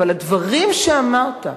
אבל הדברים שאמרת,